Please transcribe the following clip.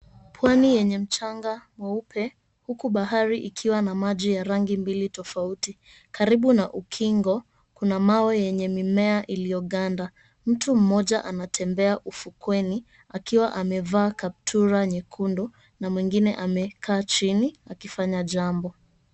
Pwani yenye mchanga mweupe, huku bahari ikiwa na maji ya rangi mbili tofauti. Karibu na ukingo kuna mawe yenye mimea iliyoganda. Mtu mmoja anatembea ufukweni akiwa amevaa kaptura nyekundu na mwingine amekaa chini akifanya jambo.